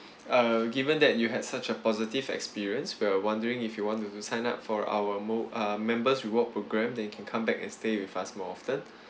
uh given that you had such a positive experience we are wondering if you want to do sign up for our more uh members reward programme then you can come back and stay with us more often